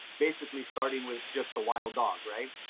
basically starting with just the wild dog, right?